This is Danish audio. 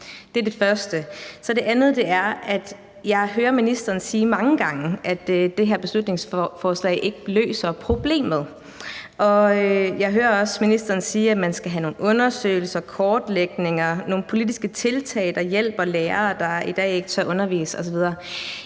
Det andet er, at jeg hører ministeren sige mange gange, at det her beslutningsforslag ikke løser problemet. Jeg hører også ministeren sige, at man skal have nogle undersøgelser, kortlægninger og politiske tiltag, der hjælper lærere, der i dag ikke tør undervise osv.